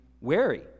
wary